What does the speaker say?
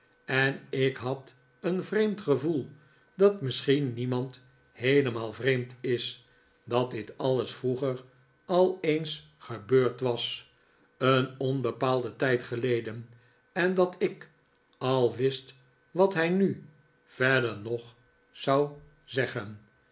en ik had een vreemd gevoel dat misschien niemand heelemaal vreemd is dat dit alles vroeger al eens gebeurd was een onbepaalden tijd geleden en dat ik al wist wat hij nu verder nog zou zeggen